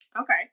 Okay